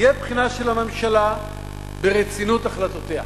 תהיה בחינה של הממשלה ברצינות החלטותיה,